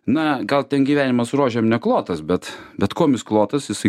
na gal ten gyvenimas rožėm neklotas bet bet kuom jis klotas jisai